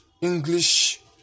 English